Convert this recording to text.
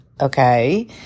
Okay